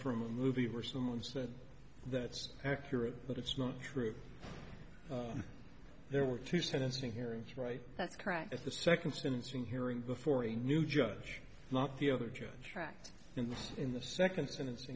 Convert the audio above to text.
from a movie or someone said that's accurate but it's not true there were two sentencing hearing right that's correct as the second sentence in hearing before a new judge not the other judge tract in the in the second sentenc